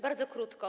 Bardzo krótko.